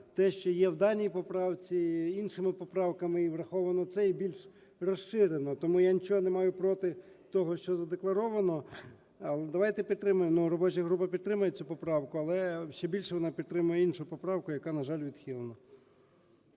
те, що є в даній поправці, іншими поправками і враховано це, і більш розширено. Тому я нічого не маю проти того, що задекларовано. Давайте підтримаємо, робоча група підтримує цю поправку, але ще більше вона підтримує іншу поправку, яка, на жаль, відхилена.